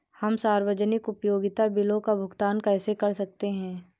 हम सार्वजनिक उपयोगिता बिलों का भुगतान कैसे कर सकते हैं?